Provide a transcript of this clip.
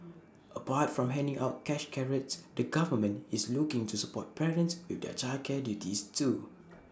apart from handing out cash carrots the government is looking to support parents with their childcare duties too